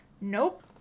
Nope